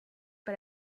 but